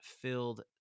filled